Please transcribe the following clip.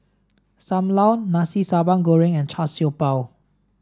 Sam Lau Nasi Sambal Goreng and Char Siew Bao